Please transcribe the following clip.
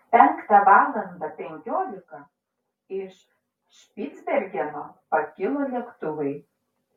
penktą valandą penkiolika iš špicbergeno pakilo lėktuvai